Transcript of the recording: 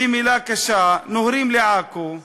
היא מילה קשה, נוהרים לעכו,